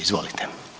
Izvolite.